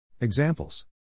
Examples